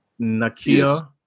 Nakia